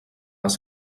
les